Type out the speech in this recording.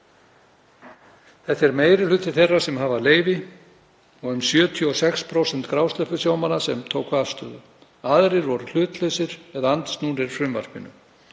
Þetta er meiri hluti þeirra sem hafa leyfi og um 76% grásleppusjómanna tóku afstöðu. Aðrir voru hlutlausir eða andsnúnir frumvarpinu.